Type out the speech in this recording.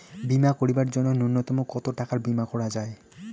বীমা করিবার জন্য নূন্যতম কতো টাকার বীমা করা যায়?